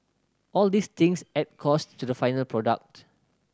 all these things add cost to the final product